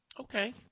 Okay